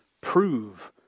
Prove